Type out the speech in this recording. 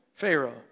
Pharaoh